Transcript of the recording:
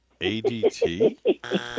ADT